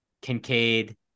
Kincaid